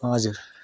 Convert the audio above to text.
हजुर